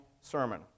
sermon